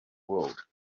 world